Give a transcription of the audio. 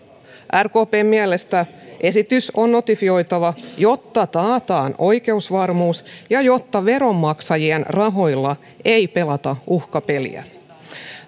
rkpn mielestä esitys on notifioitava jotta taataan oikeusvarmuus ja jotta veronmaksajien rahoilla ei pelata uhkapeliä